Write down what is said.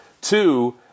Two